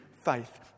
faith